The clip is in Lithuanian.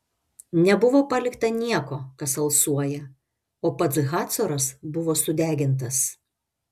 nebuvo palikta nieko kas alsuoja o pats hacoras buvo sudegintas